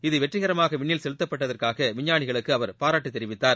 இது வெற்றிகரமாக விண்ணில் செலுத்தப்பட்டதற்காக விஞ்ஞானிகளுக்கு அவர் பாராட்டு தெரிவித்தார்